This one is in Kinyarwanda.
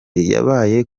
yabaye